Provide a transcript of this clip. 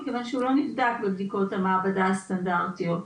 מכיוון שהוא לא נבדק בבדיקות המעבדה הסטנדרטיות.